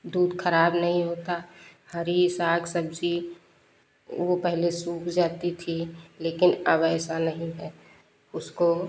दूध खराब नहीं होता हरी साग सब्जी वो पहले सूख जाती थी लेकिन अब ऐसा नहीं है उसको